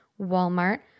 Walmart